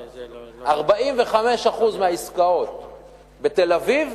45% מהעסקאות בתל-אביב